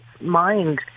mind